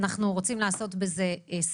אנחנו רוצים לעשות סדר.